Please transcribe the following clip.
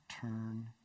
turn